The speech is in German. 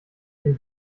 dem